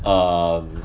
um